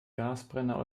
gasbrenner